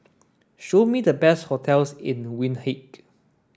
show me the best hotels in Windhoek